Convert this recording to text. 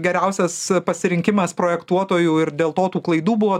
geriausias pasirinkimas projektuotojų ir dėl to tų klaidų buvo